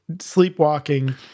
sleepwalking